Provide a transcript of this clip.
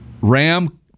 Ram